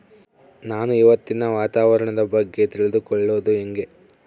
ನಾನು ಇವತ್ತಿನ ವಾತಾವರಣದ ಬಗ್ಗೆ ತಿಳಿದುಕೊಳ್ಳೋದು ಹೆಂಗೆ?